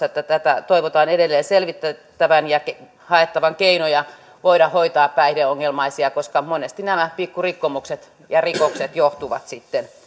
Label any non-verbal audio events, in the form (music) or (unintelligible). (unintelligible) että tätä toivotaan edelleen selvitettävän ja haettavan keinoja voida hoitaa päihdeongelmaisia koska monesti nämä pikku rikkomukset ja rikokset johtuvat sitten